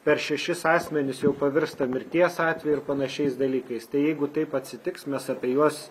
per šešis asmenis jau pavirsta mirties atveju ir panašiais dalykais tai jeigu taip atsitiks mes apie juos